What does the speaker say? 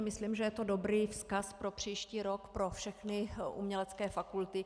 Myslím, že je to dobrý vzkaz pro příští rok pro všechny umělecké fakulty.